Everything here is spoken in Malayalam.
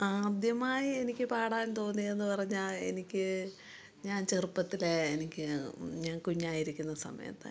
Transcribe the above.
ആദ്യമായി എനിക്ക് പാടാൻ തോന്നിയതെന്നു പറഞ്ഞാല് എനിക്ക് ഞാൻ ചെറുപ്പത്തിലെ എനിക്ക് ഞാൻ കുഞ്ഞായിരിക്കുന്ന സമയത്ത്